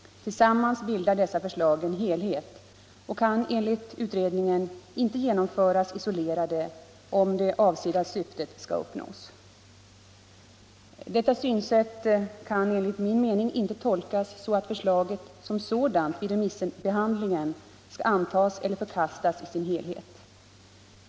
Tillsammans bildar dessa förslag en helhet och kan enligt utredningen inte genomföras isolerade om det avsedda syftet skall uppnås. Detta synsätt kan enligt min mening inte tolkas så, att förslaget som sådant vid remissbehandlingen skall antas eller förkastas i sin helhet.